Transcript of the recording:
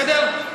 בסדר?